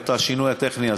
או את השינוי הטכני הזה.